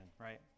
right